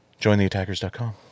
jointheattackers.com